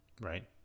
right